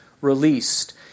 released